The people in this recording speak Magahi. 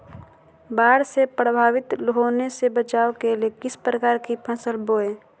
बाढ़ से प्रभावित होने से बचाव के लिए किस प्रकार की फसल बोए?